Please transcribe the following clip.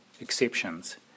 exceptions